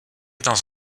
dans